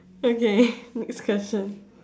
okay next question